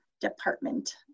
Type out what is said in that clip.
department